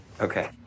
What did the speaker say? Okay